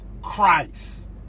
Christ